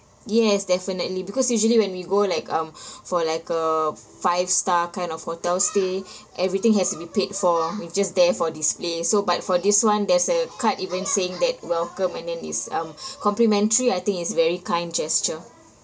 yes definitely because usually when we go like um for like a five star kind of hotel stay everything has to be paid for with just there for display so but for this [one] there's a card even saying that welcome and then it's um complimentary I think it's very kind gesture